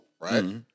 right